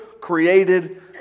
created